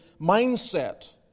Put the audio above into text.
mindset